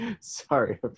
Sorry